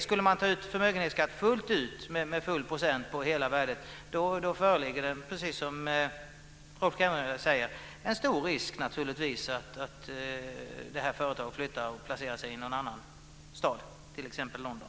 Ska förmögenhetsskatt tas ut fullt ut på hela värdet föreligger, precis som Rolf Kenneryd säger, en stor risk att företaget flyttar och placerar sig i någon annan stad, t.ex. London.